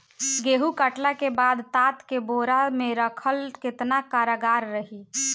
गेंहू कटला के बाद तात के बोरा मे राखल केतना कारगर रही?